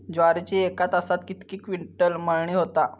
ज्वारीची एका तासात कितके क्विंटल मळणी होता?